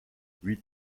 huit